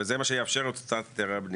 בסך הכל, זה עניין קנייני בקרקע.